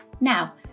now